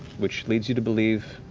which leads you to believe